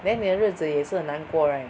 then 你的日子也是很难过 right